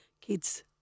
kids